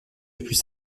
depuis